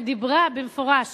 שדיברה במפורש